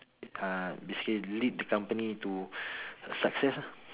uh basically lead the company to success lah